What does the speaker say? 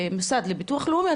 כמוסד לביטוח לאומי,